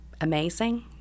amazing